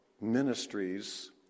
ministries